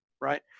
right